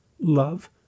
love